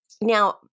Now